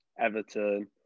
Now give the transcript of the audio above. Everton